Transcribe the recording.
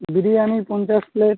বিরিয়ানি পঞ্চাশ প্লেট